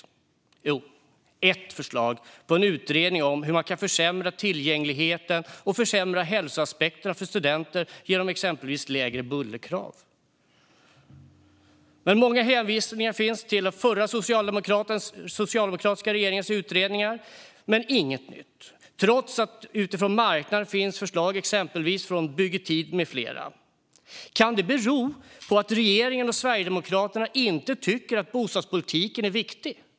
Jo - ett förslag på en utredning om hur man kan försämra tillgängligheten och hälsoaspekterna för studenter genom exempelvis lägre bullerkrav. Många hänvisningar finns till den förra, socialdemokratiska regeringens utredningar, dock inget nytt, trots att det från marknaden finns förslag exempelvis från Bygg i tid med flera. Kan det bero på att regeringen och Sverigedemokraterna inte tycker att bostadspolitiken är viktig?